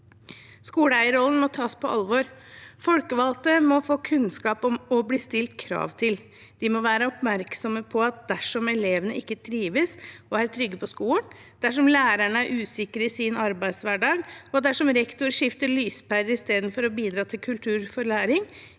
Skoleeierrollen må tas på alvor. Folkevalgte må få kunnskap og bli stilt krav til. De må være oppmerksom på at dersom elevene ikke trives og er trygge på skolen, dersom lærerne er usikre i sin arbeidshverdag, og dersom rektor skifter lyspærer istedenfor å bidra til kultur for læring,